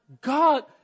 God